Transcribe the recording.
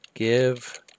Give